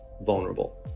vulnerable